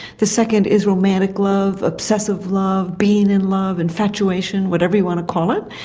the second is romantic love, obsessive love, being in love, infatuation, whatever you want to call it,